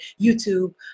YouTube